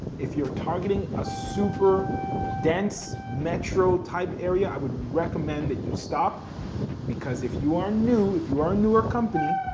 if you're targeting a super dense metro type area, i would recommend that you stop because if you are new, if you are a newer company,